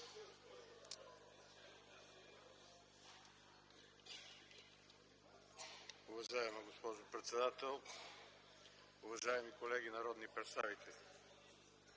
Уважаема госпожо председател, уважаеми колеги народни представители!